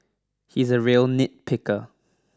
he is a real nitpicker